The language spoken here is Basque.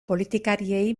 politikariei